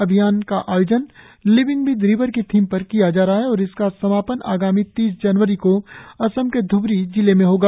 अभियान का आयोजन लिविंग विद रिवर की थीम पर किया जा रहा है और इनका समापन आगामी तीस जनवरी को असम के ध्ब्री जिले में होगा